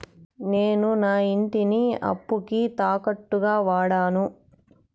నేను నా ఇంటిని అప్పుకి తాకట్టుగా వాడాను